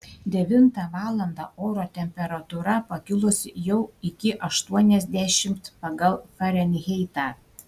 devintą valandą oro temperatūra pakilusi jau iki aštuoniasdešimt pagal farenheitą